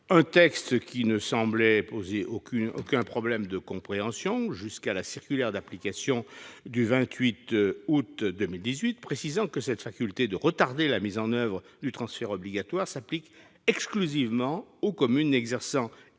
Ce texte semblait ne poser aucun problème de compréhension jusqu'à la publication de la circulaire d'application du 28 août 2018, précisant que cette faculté de retarder la mise en oeuvre du transfert obligatoire s'applique « exclusivement » aux communes n'exerçant